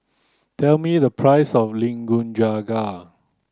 tell me the price of Nikujaga